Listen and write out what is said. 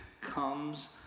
comes